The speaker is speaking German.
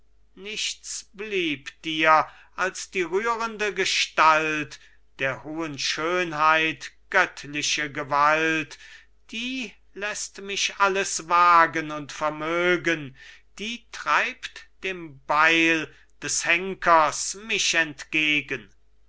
nichts blieb dir als die rührende gestalt der hohen schönheit göttliche gewalt die läßt mich alles wagen und vermögen die treibt dem beil des henkers mich entgegen